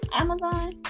Amazon